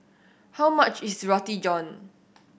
how much is Roti John